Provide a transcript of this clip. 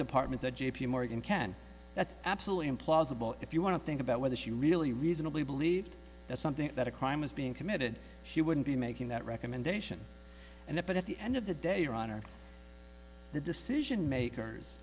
departments at j p morgan can that's absolutely implausible if you want to think about whether she really reasonably believed that something that a crime was being committed she wouldn't be making that recommendation and that but at the end of the day your honor the decision makers